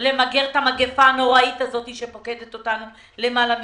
למגר את המגפה הנוראית הזאת שפוקדת אותנו למעלה משנה.